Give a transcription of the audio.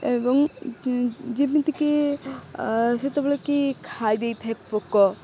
ଏବଂ ଯେମିତିକି ସେତେବେଳେ କି ଖାଇ ଦେଇଥାଏ ପୋକ